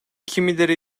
kimileri